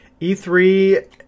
E3